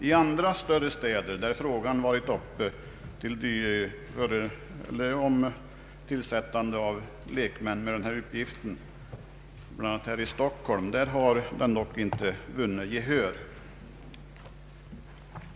I andra större städer — däribland Stockholm — där frågan om att tillsätta lekmän med denna uppgift varit uppe, har tanken dock inte vunnit gehör.